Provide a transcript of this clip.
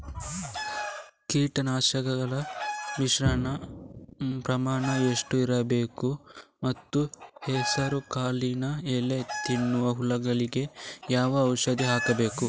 ಕೀಟನಾಶಕಗಳ ಮಿಶ್ರಣ ಪ್ರಮಾಣ ಎಷ್ಟು ಇರಬೇಕು ಮತ್ತು ಹೆಸರುಕಾಳಿನ ಎಲೆ ತಿನ್ನುವ ಹುಳಗಳಿಗೆ ಯಾವ ಔಷಧಿ ಹಾಕಬೇಕು?